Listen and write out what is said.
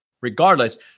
Regardless